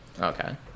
Okay